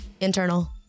internal